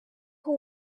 who